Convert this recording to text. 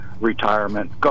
retirement